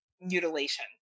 mutilation